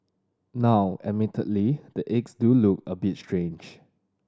now admittedly the eggs do look a bit strange